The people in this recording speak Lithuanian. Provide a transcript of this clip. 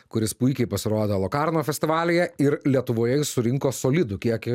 kuris puikiai pasirodė lokarno festivalyje ir lietuvoje jis surinko solidų kiekį